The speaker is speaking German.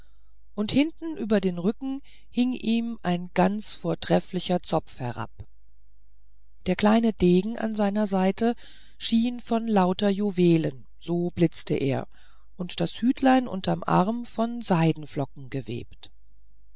und hinten über den rücken hing ihm ein ganz vortrefflicher zopf herab der kleine degen an seiner seite schien von lauter juwelen so blitzte er und das hütlein unterm arm von seidenflocken gewebt